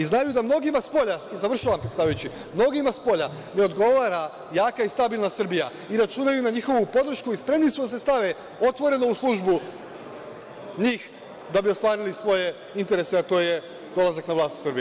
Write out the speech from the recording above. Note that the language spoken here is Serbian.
I znaju da mnogima spora, time završavam, predsedavajući, mnogima spolja ne odgovara jaka i stabilna Srbija i računaju na njihovu podršku i spremni su da se stave otvoreno u službu njih da bi ostvarili svoje interese, a to je dolazak na vlast u Srbiji.